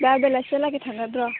दा बेलासिहागि थांगोन र'